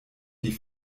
die